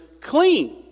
clean